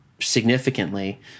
significantly